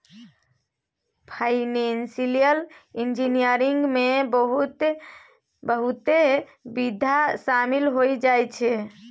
financial engineering में बहुते विधा शामिल होइ छै